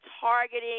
targeting